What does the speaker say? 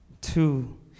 Two